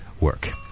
work